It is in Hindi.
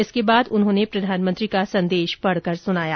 इसके बाद उन्होंने प्रधानमंत्री का संदेश पढकर सुनाया